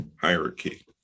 hierarchy